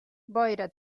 boira